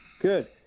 Good